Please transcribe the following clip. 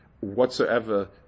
whatsoever